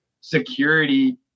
security